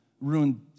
ruined